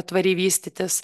tvariai vystytis